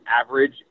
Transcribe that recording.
average